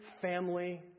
family